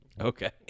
Okay